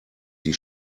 die